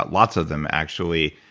but lots of them, actually,